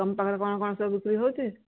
ତମ ପାଖରେ କ'ଣ କ'ଣ ସବୁ ବିକ୍ରି ହେଉଛି